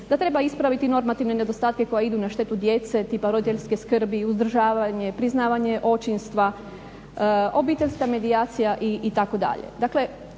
da treba ispraviti normativne nedostatke koje idu na štetu djece, tipa roditeljske skrbi i uzdržavanje, priznavanje očinstva, obiteljska medijacija itd..